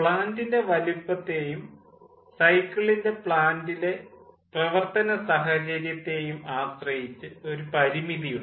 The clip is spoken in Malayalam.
പ്ലാൻ്റിൻ്റെ വലുപ്പത്തെയും സൈക്കിളിൻ്റെ പ്ലാൻ്റിലെ പ്രവർത്തന സാഹചര്യത്തെയും ആശ്രയിച്ച് ഒരു പരിമിതി ഉണ്ട്